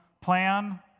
plan